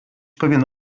pewien